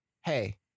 Hey